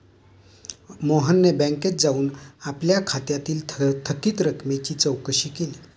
मोहनने बँकेत जाऊन आपल्या खात्यातील थकीत रकमेची चौकशी केली